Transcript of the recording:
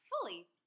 fully